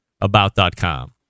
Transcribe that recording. about.com